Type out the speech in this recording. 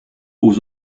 aux